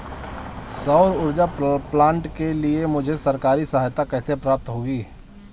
सौर ऊर्जा प्लांट के लिए मुझे सरकारी सहायता कैसे प्राप्त होगी?